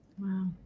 Wow